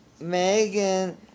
Megan